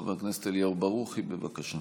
חבר הכנסת אליהו ברוכי, בבקשה.